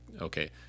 okay